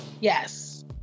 Yes